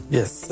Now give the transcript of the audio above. Yes